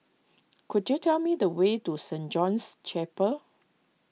could you tell me the way to Saint John's Chapel